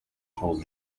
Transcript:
told